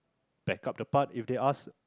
backup the part if they asked